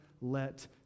let